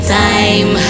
time